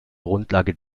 grundlage